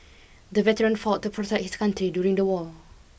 the veteran fought to protect his country during the war